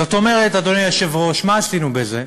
זאת אומרת, אדוני היושב-ראש, מה עשינו בזה?